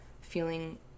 feeling